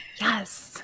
Yes